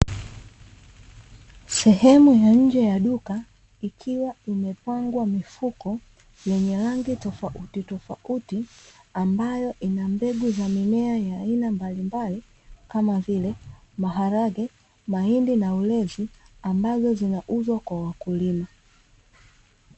Sehemu ya nje ya duka ikiwa imepangwa mifuko yenye rangi tofautitofauti, ambayo ina mbegu za mimea ya aina mbalimbali kama vile maharage, mahindi na ulezi ambazo zinauzwa kwa wakulima.